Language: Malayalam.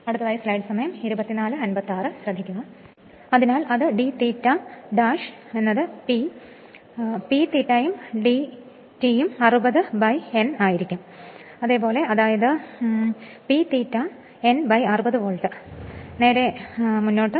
അതിനാൽ അത് d ∅ 'P P ∅ ആയിരിക്കും dt 60 N ആയിരിക്കും അതായത് P ∅ N 60 വോൾട്ട് നേരെ മുന്നോട്ട്